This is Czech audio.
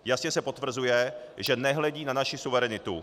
Jasně se potvrzuje, že nehledí na naši suverenitu.